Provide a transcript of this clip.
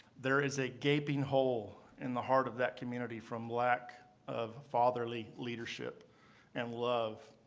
there is a gaping hole in the heart of that community from lack of fatherly leadership and love.